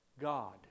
God